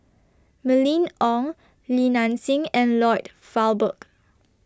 Mylene Ong Li Nanxing and Lloyd Valberg